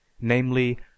NAMELY